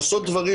לעשות דברים,